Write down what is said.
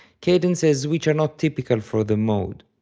cadences which are not typical for the mode.